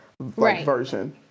version